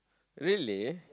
really